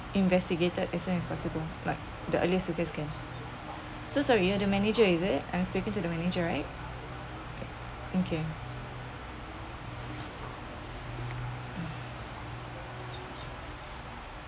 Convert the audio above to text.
investigated as soon as possible like the earliest you guy can so sorry you are the manager is it I'm speaking to the manager right okay